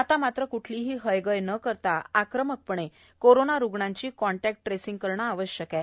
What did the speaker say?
आता मात्र कुठलीही हयगय न करता आक्रमकपणे कोरोना रुग्णांची कॉन्टॅक्टट्रेसिंग करणे आवश्यक आहे